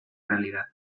realidad